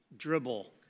Dribble